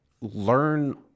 learn